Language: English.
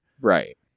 Right